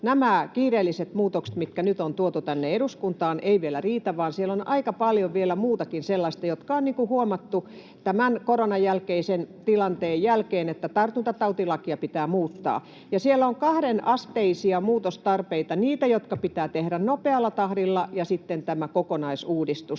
nämä kiireelliset muutokset, mitkä nyt on tuotu tänne eduskuntaan, eivät vielä riitä, vaan siellä on aika paljon vielä muutakin sellaista, jonka osalta on huomattu tämän koronatilanteen jälkeen, että tartuntatautilakia pitää muuttaa. Siellä on kahdenasteisia muutostarpeita: niitä, jotka pitää tehdä nopealla tahdilla, ja sitten on tämä kokonaisuudistus.